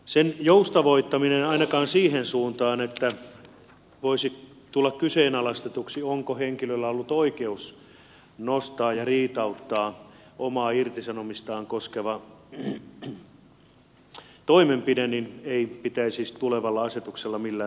sen joustavoittamista ainakaan siihen suuntaan että voisi tulla kyseenalaistetuksi onko henkilöllä ollut oikeus nostaa ja riitauttaa omaa irtisanomistaan koskeva toimenpide ei pitäisi tulevalla asetuksella millään tavoin vaikeuttaa